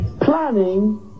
Planning